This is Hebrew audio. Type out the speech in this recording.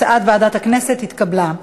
הצעת ועדת הכנסת התקבלה.